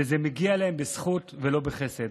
שזה מגיע להם בזכות ולא בחסד.